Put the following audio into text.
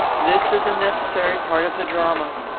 this is a necessary part of the drama.